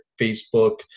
Facebook